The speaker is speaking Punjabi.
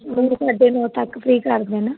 ਨੋ ਸਾਢੇ ਨੋ ਤੱਕ ਫਰੀ ਕਰ ਦੇਣਾ